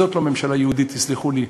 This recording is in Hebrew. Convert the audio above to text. זאת לא ממשלה יהודית, תסלחו לי.